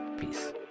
Peace